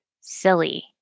silly